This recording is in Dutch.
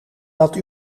dat